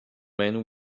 man